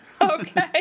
Okay